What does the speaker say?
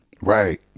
Right